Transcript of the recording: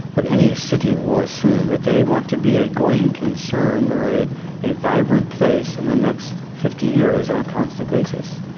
that any city will assume that they want to be a going concern or a a vibrant place in the next fifty years on a constant basis.